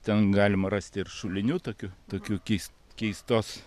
ten galima rasti ir šulinių tokių tokių keis keistos